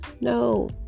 No